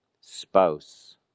spouse